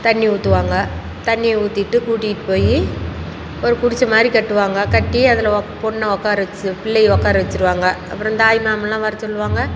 தண்ணி ஊற்றுவாங்க தண்ணியை ஊத்திட்டு கூட்டிட்டு போய் ஒரு குடிசை மாதிரி கட்டுவாங்க கட்டி அதில் ஒக் பொண்ணை உக்கார வெச்சி பிள்ளையை உக்கார வெச்சிருவாங்க அப்புறம் தாய் மாமாலாம் வரச் சொல்வாங்க